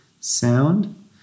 sound